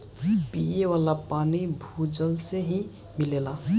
पिये वाला पानी भूजल से ही मिलेला